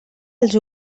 els